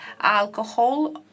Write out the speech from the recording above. alcohol